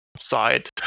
side